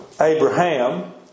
Abraham